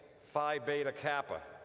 phi beta kappa,